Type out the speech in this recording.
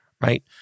right